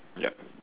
yup